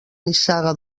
nissaga